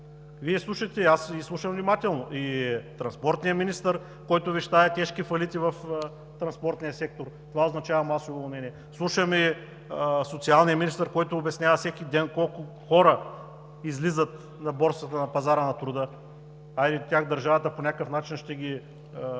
промяна? Аз Ви слушам внимателно – и транспортния министър, който вещае тежки фалити в транспортния сектор, това означава масово уволнение; слушаме и социалния министър, който обяснява всеки ден колко хора излизат на борсата на пазара на труда – хайде тях държавата по някакъв начин ще ги